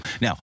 Now